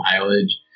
mileage